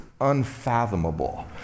unfathomable